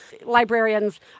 Librarians